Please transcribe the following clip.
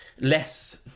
less